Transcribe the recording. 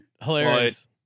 Hilarious